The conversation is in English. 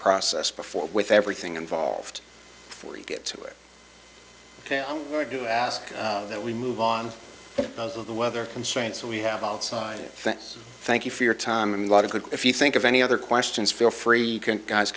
process before with everything involved for it i do ask that we move on with the weather constraints we have all signed thank you for your time and a lot of good if you think of any other questions feel free guys